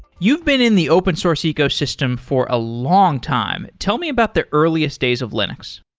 you've been in the open source ecosystem for a long time. tell me about the earliest days of linux.